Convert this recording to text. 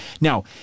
Now